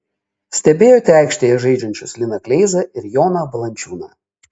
stebėjote aikštėje žaidžiančius liną kleizą ir joną valančiūną